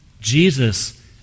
Jesus